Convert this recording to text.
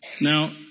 Now